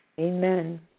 Amen